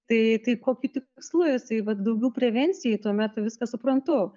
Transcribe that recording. tai tai kokiu tikslu jisai vat daugiau prevencijai tuomet viską suprantu